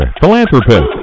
philanthropist